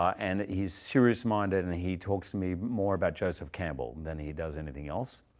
and he's serious minded, and he talks to me more about joseph campbell than he does anything else.